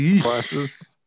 classes